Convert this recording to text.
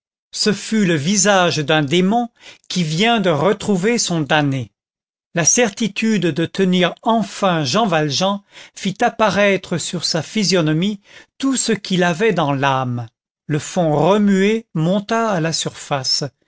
ce fut le visage d'un démon qui vient de retrouver son damné la certitude de tenir enfin jean valjean fit apparaître sur sa physionomie tout ce qu'il avait dans l'âme le fond remué monta à la surface